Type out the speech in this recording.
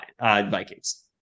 Vikings